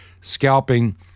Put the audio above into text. scalping